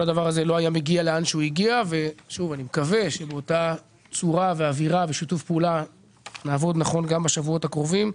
אני מקווה שבאווירה ובשיתוף פעולה נעבוד נכון בשבועות הקרובים,